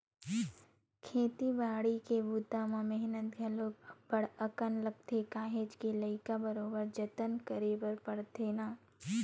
खेती बाड़ी के बूता म मेहनत घलोक अब्ब्ड़ अकन लगथे काहेच के लइका बरोबर जतन करे बर परथे ना